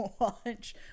watch